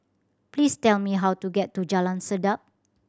please tell me how to get to Jalan Sedap